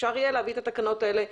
אפשר יהיה להביא את התקנות האלה,